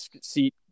seat